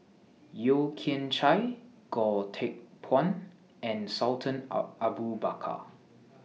Yeo Kian Chye Goh Teck Phuan and Sultan A Abu Bakar